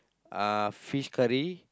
uh fish curry